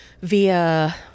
via